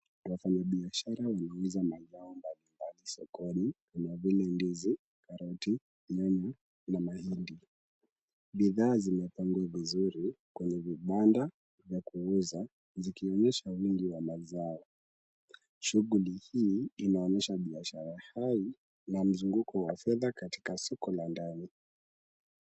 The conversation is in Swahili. Wafanyibiashara wanauza mazao mbalimbali sokoni kama vile ndizi, karoti, nyanya na mahindi. Bidhaa zimepangwa vizuri kwenye vibanda vya kuuza zikionyesha wingi wa mazao. Shughuli hii inaonyesha biashara hai na mzunguko wa fedha katika soko la ndani.